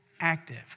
active